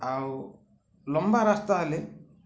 ଆଉ ଲମ୍ବା ରାସ୍ତା ହେଲେ